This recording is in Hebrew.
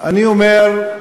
אני אומר: